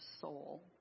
soul